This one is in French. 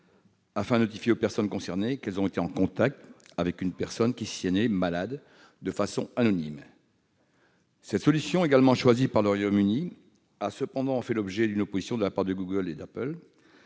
afin de notifier aux personnes concernées qu'elles ont été en contact avec une personne qui s'est déclarée malade de façon anonyme. Cette solution, également retenue par le Royaume-Uni, a cependant fait l'objet d'une opposition de la part de Google et d'Apple.